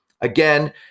Again